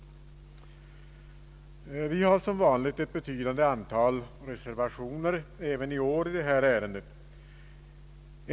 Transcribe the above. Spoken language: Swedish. Vi har som vanligt ett betydande antal reservationer även i år i det här ärendet.